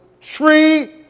tree